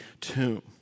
tomb